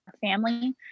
family